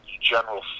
general